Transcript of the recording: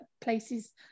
places